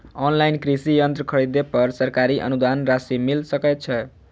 Online कृषि यंत्र खरीदे पर सरकारी अनुदान राशि मिल सकै छैय?